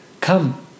come